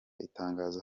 itangazo